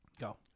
go